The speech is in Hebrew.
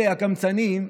אלה הקמצנים,